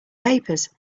papers